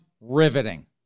riveting